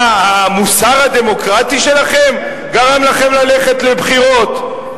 מה, המוסר הדמוקרטי שלכם גרם לכם ללכת לבחירות?